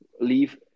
leave